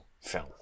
film